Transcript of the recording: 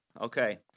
Okay